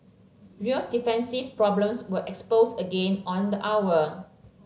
real's defensive problems were exposed again on the hour